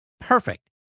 Perfect